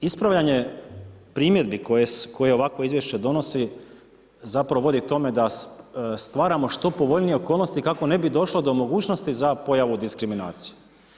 A ispravljanje primjedbe koje ovakvo izvješće donosi zapravo vodi tome da stvaramo što povoljnije okolnosti kako ne bi došlo do mogućnosti za pojavu diskriminacije.